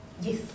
Yes